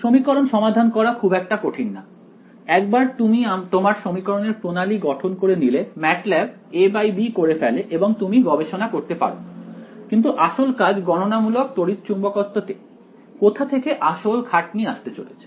সমীকরণ সমাধান করা খুব একটা কঠিন না একবার তুমি তোমার সমীকরণের প্রণালি গঠন করে নিলে ম্যাটল্যাব A∖b করে ফেলে এবং তুমি গবেষণা করতে পারো কিন্তু আসল কাজ গণনামূলক তড়িচ্চুম্বকত্ব তে কোথা থেকে আসল খাটনি আসতে চলেছে